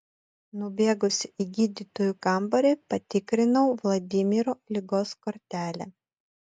nubėgusi į gydytojų kambarį patikrinau vladimiro ligos kortelę